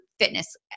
fitness